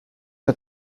der